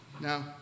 now